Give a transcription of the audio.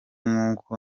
nk’uko